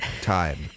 time